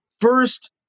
first